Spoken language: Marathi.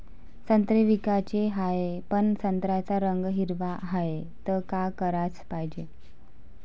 संत्रे विकाचे हाये, पन संत्र्याचा रंग हिरवाच हाये, त का कराच पायजे?